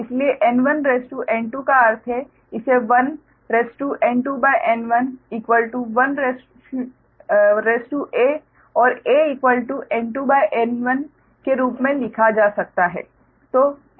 इसलिए N1 N2 का अर्थ है इसे 1 N2N1 1 a और aN2N1 के रूप में लिखा जा सकता है